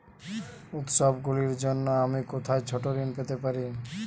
উত্সবগুলির জন্য আমি কোথায় ছোট ঋণ পেতে পারি?